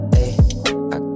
ayy